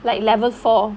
like level four